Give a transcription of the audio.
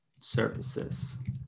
services